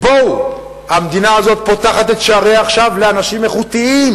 אנחנו מבקשים שאנשים יבואו למכרזים האלה.